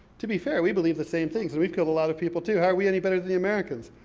to be fair, we believe the same things, and we've killed a lot of people, too. how are we any better than the americans?